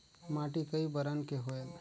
माटी कई बरन के होयल?